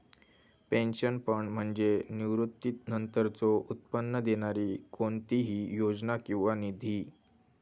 pension fund म्हणजे निवृत्तीनंतरचो उत्पन्न देणारी कोणतीही योजना किंवा निधी